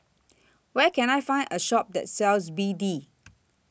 Where Can I Find A Shop that sells B D